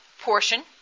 portion